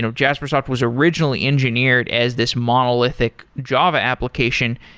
um jaspersoft was originally engineered as this monolithic java application.